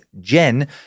Jen